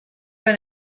been